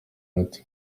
mike